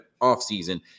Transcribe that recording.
offseason